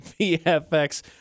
VFX